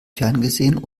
ferngesehen